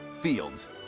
Fields